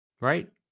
right